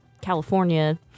California